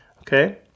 Okay